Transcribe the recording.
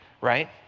right